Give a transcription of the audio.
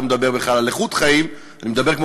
אני לא מדבר בכלל על איכות חיים,